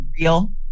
real